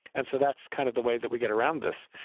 and so that's kind of the way that we get around this.